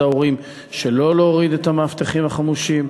ההורים שלא להוריד את המאבטחים החמושים.